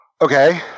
Okay